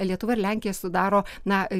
lietuva ir lenkija sudaro na